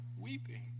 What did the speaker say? weeping